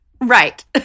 Right